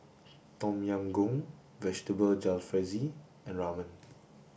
Tom Yam Goong Vegetable Jalfrezi and Ramen